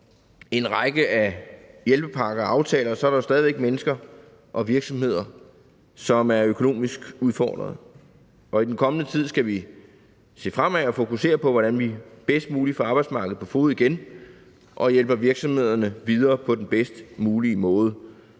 en række af hjælpepakker og aftaler er der stadig mennesker og virksomheder, som er økonomisk udfordret. I den kommende tid skal vi se fremad og fokusere på, hvordan vi bedst muligt får arbejdsmarkedet på fode igen og hjælper virksomhederne videre på den bedst mulige måde.